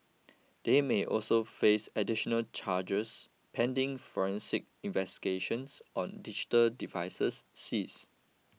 they may also face additional charges pending forensic investigations on digital devices seize